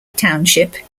township